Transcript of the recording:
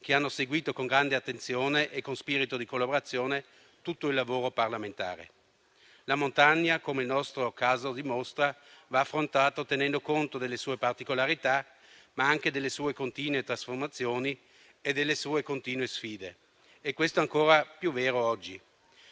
che hanno seguito con grande attenzione e con spirito di collaborazione tutto il lavoro parlamentare. La montagna - come il nostro caso dimostra - va affrontata tenendo conto delle sue particolarità, ma anche delle sue continue trasformazioni e delle sue continue sfide. E questo è ancora più vero oggi: